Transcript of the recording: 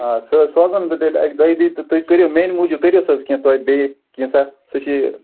آ سُہ حظ سوزَن بہٕ تیٚلہِ اَکہِ دۅیہِ دۅہۍ تہٕ تُہۍ کٔرِو میٛانہِ موٗجوٗب کٔرۍہوٗس حظ کیٚنٛژھا بیٚیہِ کیٚںٛژھا سُہ چھُ